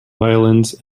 violins